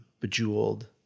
Bejeweled